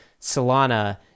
solana